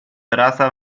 rasa